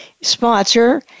sponsor